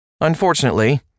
Unfortunately